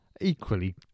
Equally